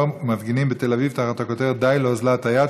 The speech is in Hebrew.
מפגינים בתל אביב תחת הכותרת: די לאוזלת היד,